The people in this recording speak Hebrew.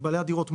בעלי הדירות,